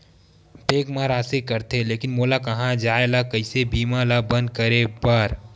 Bank मा राशि कटथे लेकिन मोला कहां जाय ला कइसे बीमा ला बंद करे बार?